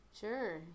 sure